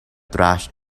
thrashed